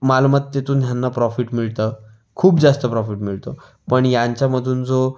मालमत्तेतून ह्यांना प्रॉफिट मिळतं खूप जास्त प्रॉफिट मिळतो पण यांच्यामधून जो